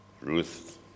Ruth